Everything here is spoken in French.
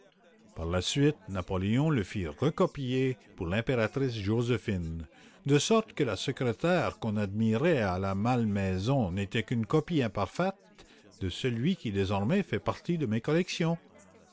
par la suite napoléon le fit recopier pour l'impératrice joséphine de sorte que le secrétaire qu'on admirait à la malmaison et que l'on admire aujourd'hui au garde-meuble n'est qu'une copie imparfaite de celui qui désormais fait partie de mes collections